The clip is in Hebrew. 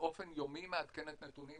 באופן יומי, מעדכנת נתונים.